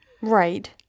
right